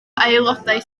aelodau